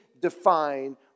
define